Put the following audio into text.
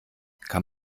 kann